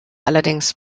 allerdings